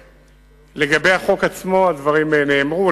לגבי החוק עצמו, הדברים נאמרו.